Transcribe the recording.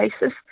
basis